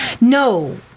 No